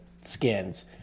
skins